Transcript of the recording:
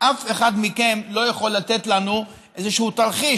אף אחד מכם לא יכול לתת לנו איזשהו תרחיש,